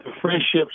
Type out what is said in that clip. friendships